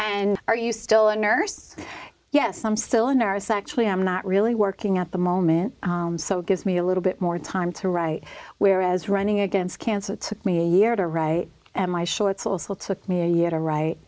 and are you still a nurse yes i'm still a nurse actually i'm not really working at the moment so it gives me a little bit more time to write whereas running against cancer took me a year to write and my shorts also took me a year to wri